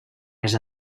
més